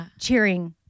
cheering